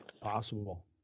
possible